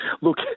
look